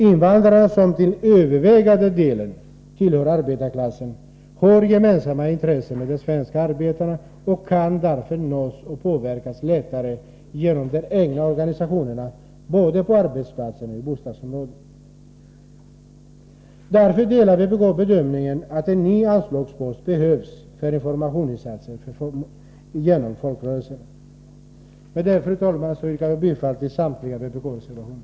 Invandrarna, som till övervägande delen tillhör arbetarklassen, har gemensamma intressen med de svenska arbetarna och kan därför nås och påverkas lättare genom de egna organisationerna, både på arbetsplatser och i bostadsområden. Därför delar vpk bedömningen att en ny anslagspost behövs för informationsinsatser genom folkrörelserna. Med detta, fru talman, yrkar jag bifall till samtliga vpk-reservationer.